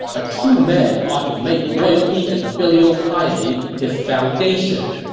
a true man ought to make loyalty and filial piety his foundation.